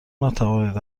نتوانید